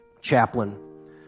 chaplain